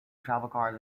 travelcards